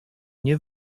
nie